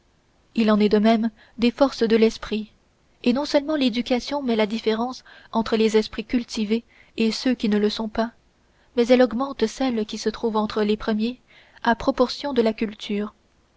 il en est de même des forces de l'esprit et non seulement l'éducation met la différence entre les esprits cultivés et ceux qui ne le sont pas mais elle augmente celle qui se trouve entre les premiers à proportion de la culture